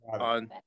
on